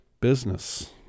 business